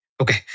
Okay